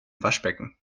waschbecken